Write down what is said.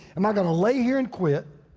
am i gonna lay here and quit?